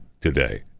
today